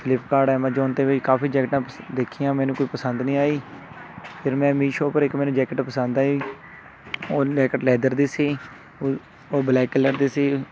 Flipkart Amazon 'ਤੇ ਵੀ ਕਾਫੀ ਜੈਕਟਾਂ ਪਸ ਦੇਖੀਆਂ ਮੈਨੂੰ ਕੋਈ ਪਸੰਦ ਨਹੀਂ ਆਈ ਫਿਰ ਮੈਂ ਮੀਸ਼ੋ ਪਰ ਇੱਕ ਮੈਨੂੰ ਜੈਕਟ ਪਸੰਦ ਆਈ ਉਹ ਜੈਕਟ ਲੈਦਰ ਦੀ ਸੀ ਉਹ ਉਹ ਬਲੈਕ ਕਲਰ ਦੀ ਸੀ